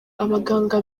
abaganga